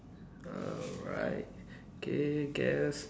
alright okay guess